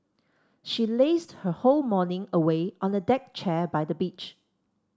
she lazed her whole morning away on a deck chair by the beach